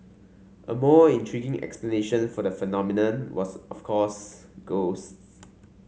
a more intriguing explanation for the phenomenon was of course ghosts